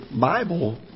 Bible